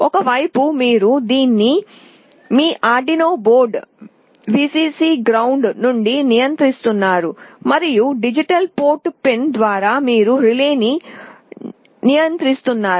ఒక వైపు మీరు దీన్ని మీ ఆర్డునో బోర్డు విసిసి గ్రౌండ్ నుండి నియంత్రిస్తున్నారు మరియు డిజిటల్ పోర్ట్ పిన్ ద్వారా మీరు రిలేని నియంత్రిస్తున్నారు